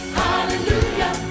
hallelujah